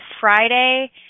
Friday